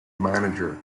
manager